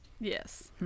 Yes